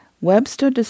Webster